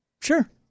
Sure